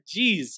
Jeez